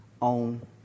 on